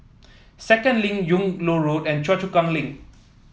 Second Link Yung Loh Road and Choa Chu Kang Link